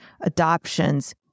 adoptions